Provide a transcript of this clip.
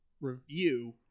review